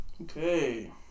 Okay